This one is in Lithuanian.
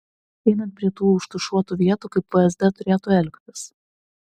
einant prie tų užtušuotų vietų kaip vsd turėtų elgtis